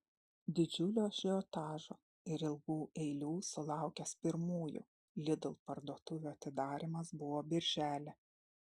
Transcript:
didžiulio ažiotažo ir ilgų eilių sulaukęs pirmųjų lidl parduotuvių atidarymas buvo birželį